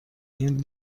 این